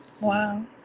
wow